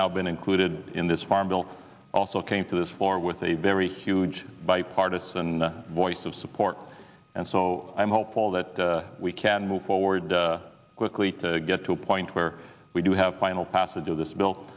now been included in this farm bill also came to this floor with a very huge bipartisan voice of support and so i'm hopeful that we can move forward quickly to get to a point where we do have final passage of this bill